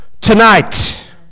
tonight